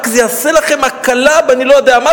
זה יעשה לכם הקלה באני-לא-יודע-מה,